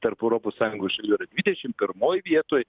tarp europos sąjungos šalių yra dvidešim pirmoj vietoj